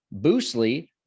boostly